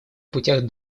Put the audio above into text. путях